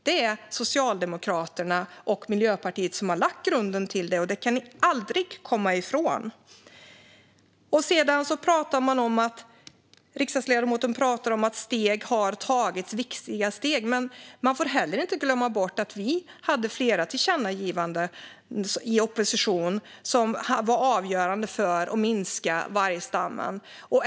Det är ni i Socialdemokraterna och Miljöpartiet som har lagt grunden till detta, och det kan ni aldrig komma ifrån. Riksdagsledamoten pratade om att det har tagits viktiga steg. Man får dock inte glömma bort att vi i opposition hade flera tillkännagivanden som var avgörande för att minska vargstammen.